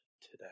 today